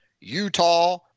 Utah